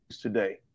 today